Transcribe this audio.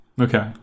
Okay